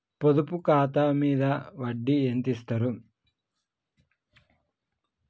పొదుపు ఖాతా మీద వడ్డీ ఎంతిస్తరు?